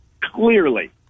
Clearly